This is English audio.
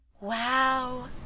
Wow